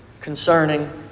concerning